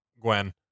Gwen